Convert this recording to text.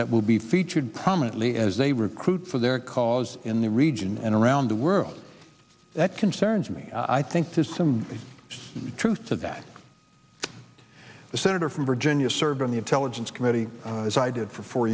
that will be featured prominently as they recruit for their cause was in the region and around the world that concerns me i think there's some truth to that the senator from virginia served on the intelligence committee as i did for four